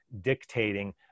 dictating